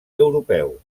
europeu